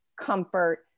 comfort